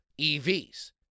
EVs